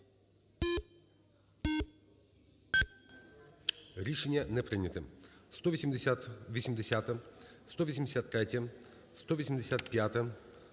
Рішення не прийнято.